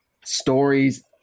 Stories